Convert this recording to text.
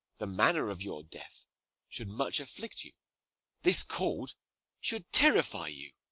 the manner of your death should much afflict you this cord should terrify you.